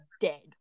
dead